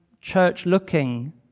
church-looking